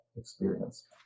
experience